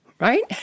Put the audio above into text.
right